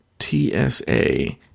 TSA